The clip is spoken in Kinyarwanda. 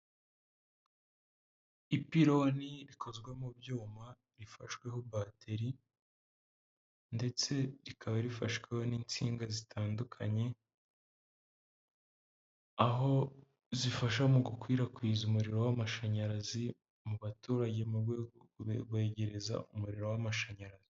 Ipironi rikozwe mu byuma rifashweho bateri, ndetse rikaba rifashwe n'insinga zitandukanye, aho zifasha mu gukwirakwiza umuriro w'amashanyarazi mu baturage, mu rwego kwegereza umuriro w'amashanyarazi.